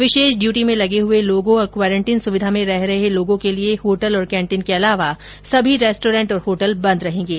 विशेष duty में लगे हुए लोगों और क्वारेन्टीन सुविधा में रह रहे लोगों के लिए होटल और केन्टीन के अलावा सभी रेस्टोरेंट और होटल बंद रहेंगे